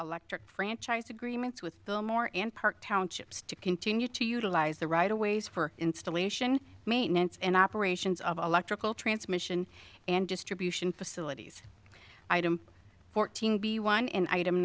electric franchise agreements with more and park townships to continue to utilize the right away for installation maintenance and operations of electrical transmission and distribution facilities item fourteen b one i